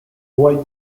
white